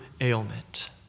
ailment